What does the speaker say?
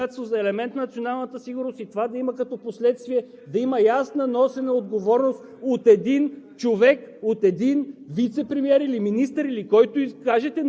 няколко неща. Първо, водите да се обявят за национално богатство, за елемент на националната сигурност и това да има като последствие ясно носена отговорност от един човек,